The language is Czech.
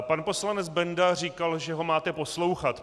Pan poslanec Benda říkal, že ho máte příště poslouchat.